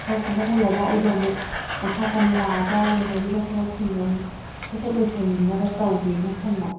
ꯈꯔ ꯀꯟꯈꯠꯍꯜꯂꯒ ꯑꯩꯗꯣ ꯑꯃꯨꯛ ꯃꯈꯥ ꯇꯥꯅ ꯂꯥꯛꯑꯒ ꯂꯩꯍꯧꯔꯤꯕ ꯊꯕꯛꯁꯤꯡꯗꯣ ꯑꯃꯨꯛ ꯁꯠ ꯁꯠ ꯂꯣꯏꯁꯤꯟꯅꯕ ꯇꯧꯒꯦꯅ ꯈꯟꯕ